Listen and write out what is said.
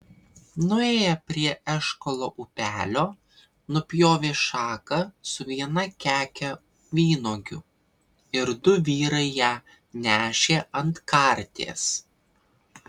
nuėję prie eškolo upelio nupjovė šaką su viena keke vynuogių ir du vyrai ją nešė ant karties